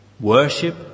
worship